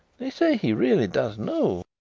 they say he really does know.